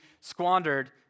squandered